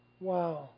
Wow